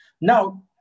Now